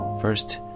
First